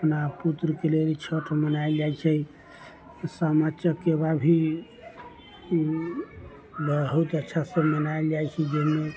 अपना पुत्रके लेल छठ मनायल जाइ छै सामा चकेबा भी बहुत अच्छासँ मनायल जाइ छै